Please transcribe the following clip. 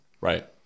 Right